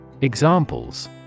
Examples